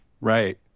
Right